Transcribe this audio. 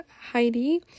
Heidi